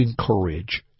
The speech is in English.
encourage